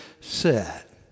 set